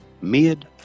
mid